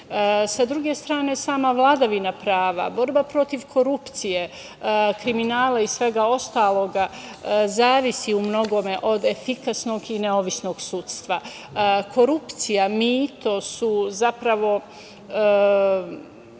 druge strane, sama vladavina prava, borba protiv korupcije, kriminala i svega ostalog zavisi umnogome od efikasnog i nezavisnog sudstva. Korupcija, mito, su zapravo